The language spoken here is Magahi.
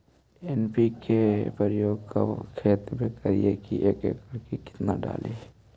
एन.पी.के प्रयोग कब खेत मे करि एक एकड़ मे कितना डाली?